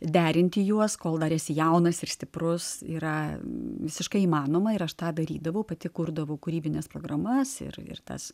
derinti juos kol dar esi jaunas ir stiprus yra visiškai įmanoma ir aš tą darydavau pati kurdavau kūrybines programas ir ir tas